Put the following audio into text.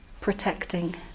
protecting